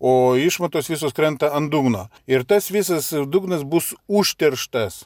o išmatos visos krenta ant dugno ir tas visas dugnas bus užterštas